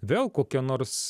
vėl kokie nors